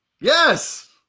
Yes